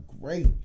great